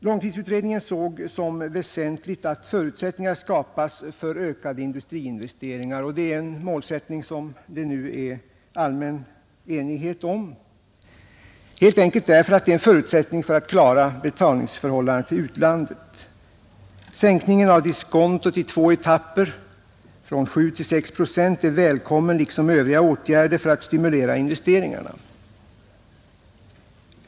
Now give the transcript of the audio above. Långtidsutredningen såg som väsentligt att förutsättningar skapas för ökade industriinvesteringar. Det är en målsättning som det nu råder allmän enighet om, helt enkelt därför att den är en förutsättning för att betalningarna till utlandet skall kunna klaras, Sänkningen av diskontot i två etapper — från sju till sex procent — är välkommen liksom övriga åtgärder för att stimulera investeringarna.